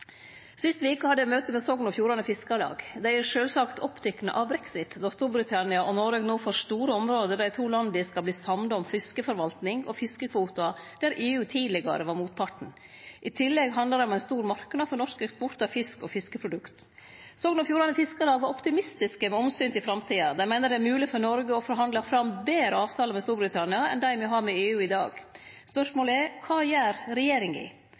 Sist veke hadde eg møte med Sogn og Fjordane Fiskarlag. Dei er sjølvsagt opptekne av brexit, då Storbritannia og Noreg no får store område der dei to landa skal verte samde om fiskeforvalting og fiskekvotar der EU tidlegare var motparten. I tillegg handlar det om ein stor marknad for norsk eksport av fisk og fiskeprodukt. Sogn og Fjordane Fiskarlag var optimistiske med omsyn til framtida. Dei meiner det er mogleg for Noreg å forhandle fram betre avtalar med Storbritannia enn dei me har med EU i dag. Spørsmålet er: Kva gjer regjeringa?